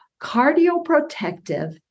cardioprotective